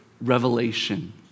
revelation